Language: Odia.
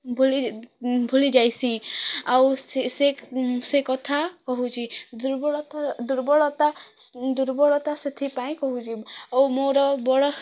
ଭୁଲି ଭୁଲି ଯାଇସି ଆଉ ସେ ସେ ସେକଥା କହୁଛି ଦୁର୍ବଳତା ଦୁର୍ବଳତା ଦୁର୍ବଳତା ସେଥିପାଇଁ କହୁଛି ଆଉ ମୋର ବଡ଼